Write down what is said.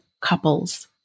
couples